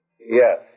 Yes